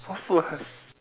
what food has